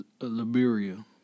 Liberia